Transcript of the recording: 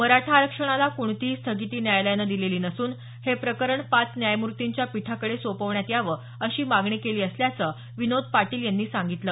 मराठा आरक्षणाला कोणतीही स्थगिती न्यायालयानं दिलेली नसून हे प्रकरण पाच न्यायमूर्तींच्या पीठाकडे सोपवण्यात यावं अशी मागणी केली असल्याचं विनोद पाटील यांनी सांगितलं